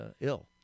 ill